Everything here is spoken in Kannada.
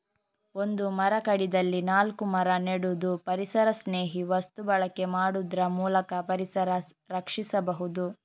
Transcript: ಒಂದು ಮರ ಕಡಿದಲ್ಲಿ ನಾಲ್ಕು ಮರ ನೆಡುದು, ಪರಿಸರಸ್ನೇಹಿ ವಸ್ತು ಬಳಕೆ ಮಾಡುದ್ರ ಮೂಲಕ ಪರಿಸರ ರಕ್ಷಿಸಬಹುದು